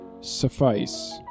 suffice